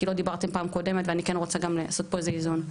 כי לא דיברתם פעם קודמת ואנ יכן רוצה לעשות פה איזה איזון.